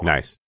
Nice